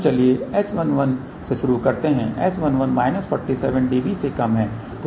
तो चलिए S11 से शुरू करते हैं S11 माइनस 47 dB से कम है